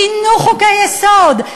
שינו חוקי-יסוד,